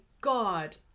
god